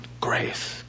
Grace